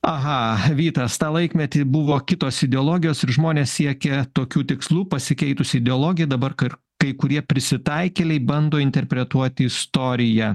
aha vytas tą laikmetį buvo kitos ideologijos ir žmonės siekia tokių tikslų pasikeitus ideologijai dabar kad kai kurie prisitaikėliai bando interpretuoti istoriją